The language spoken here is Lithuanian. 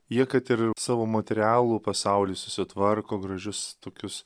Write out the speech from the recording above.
jie kad ir savo materialų pasaulį susitvarko gražius tokius